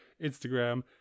Instagram